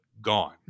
Gone